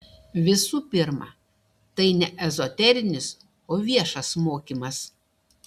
visų pirma tai ne ezoterinis o viešas mokymas